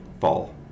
fall